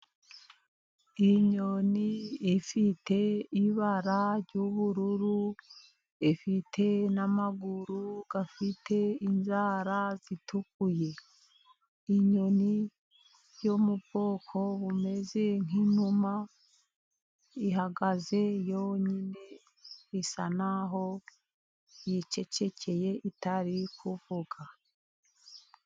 Inyoni ifite ibara ry'ubururu ifite n'amaguru afite inzara zituku; inyoni yo mu bwoko bumeze nk'inuma ihagaze yonyine isa naho yicecekeye itari kuvuka.